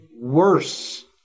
worse